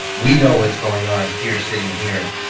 we know what's going on here sitting here,